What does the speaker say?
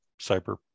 Cyber